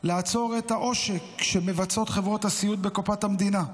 לעצור את העושק שמבצעות חברות הסיעוד בקופת המדינה,